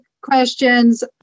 questions